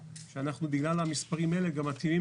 המשמעות היא שבגלל המספרים האלה אנחנו גם מתאימים